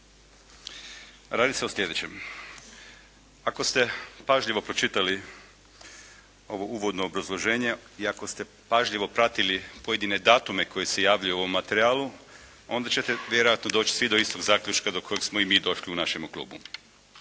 Radi se o slijedećem. Ako ste pažljivo pročitali ovo uvodno obrazloženje i ako ste pažljivo pratili pojedine datume koji se javljaju u ovom materijalu, onda ćete vjerojatno doći svi do istog zaključka do kojeg smo i mi došli u našemu klubu.